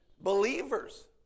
Believers